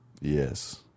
Yes